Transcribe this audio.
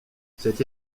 cette